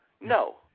No